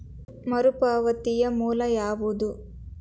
ಮರುಪಾವತಿಯ ಮೂಲ ಯಾವುದು?